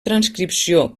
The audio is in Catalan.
transcripció